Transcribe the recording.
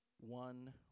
one